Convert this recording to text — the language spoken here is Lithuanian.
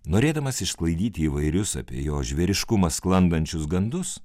norėdamas išsklaidyti įvairius apie jo žvėriškumą sklandančius gandus